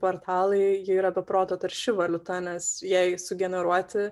portalai ji yra be proto tarši valiuta nes jai sugeneruoti